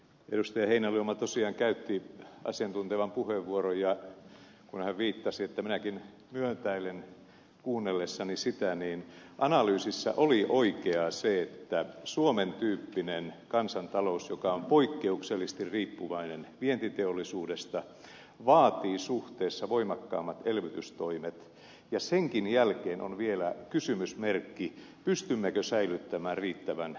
heinäluoma tosiaan käytti asiantuntevan puheenvuoron ja kun hän viittasi että minäkin myötäilen kuunnellessani sitä niin analyysissä oli oikeaa se että suomen tyyppinen kansantalous joka on poikkeuksellisesti riippuvainen vientiteollisuudesta vaatii suhteessa voimakkaammat elvytystoimet ja senkin jälkeen on vielä kysymysmerkki pystymmekö säilyttämään riittävän työllisyyden